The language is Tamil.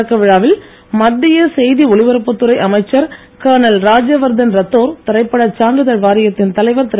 தொடக்க விழாவில் மத்திய செய்தி ஒலிப்பரப்பு துறை அமைச்சர் கர்னல் ராஜ்யவர்தன் ராத்தோர் திரைப்பட சான்றிதழ் வாரியத்தின் தலைவர் திரு